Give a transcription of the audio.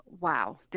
wow